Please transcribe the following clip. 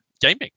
gaming